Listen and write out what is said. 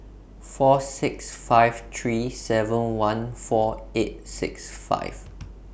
four six five three seven one four eight six five